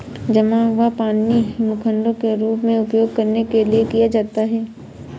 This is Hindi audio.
जमा हुआ पानी हिमखंडों के रूप में उपयोग करने के लिए किया जाता है